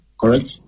correct